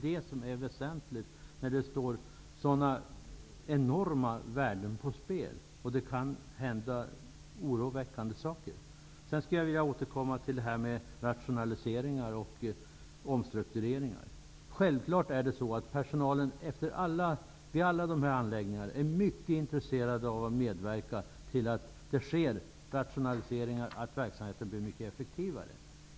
Det är väsentligt, när så enorma värden står på spel och oroväckande saker kan hända. Jag vill återkomma till detta med rationaliseringar och omstruktureringar. Självfallet är personalen vid alla anläggningar mycket intresserad av att medverka till att rationaliseringar sker och att verksamheten blir effektivare.